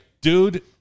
Dude